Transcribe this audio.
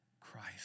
Christ